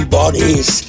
bodies